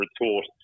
retort